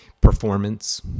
performance